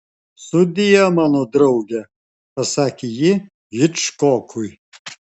sudie mano drauge pasakė ji hičkokui